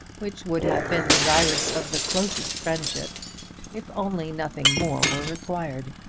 which would have been desirous of the closest friendship if only nothing more were required.